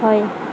হয়